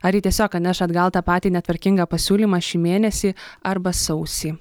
ar ji tiesiog atneš atgal tą patį netvarkingą pasiūlymą šį mėnesį arba sausį